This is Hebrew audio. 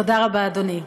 תודה רבה, אדוני.